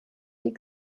sie